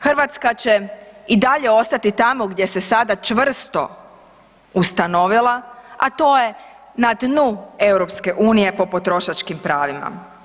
Hrvatska će i dalje ostati tamo gdje se sada čvrsto ustanovila, a to je na dnu EU po potrošačkim pravima.